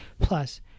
Plus